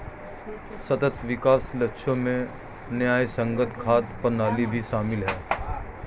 सतत विकास लक्ष्यों में न्यायसंगत खाद्य प्रणाली भी शामिल है